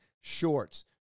Shorts